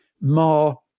more